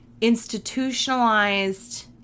institutionalized